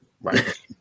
Right